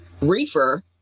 reefer